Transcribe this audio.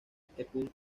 pudo